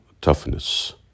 toughness